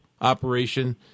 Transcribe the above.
operation